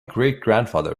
greatgrandfather